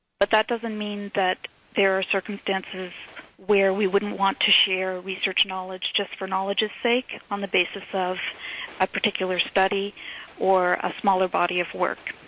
but that doesn't mean there are circumstances where we wouldn't want to share research knowledge just for knowledge's sake on the basis of a particular study or a smaller body of work.